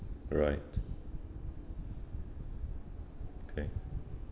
right K